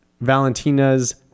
Valentina's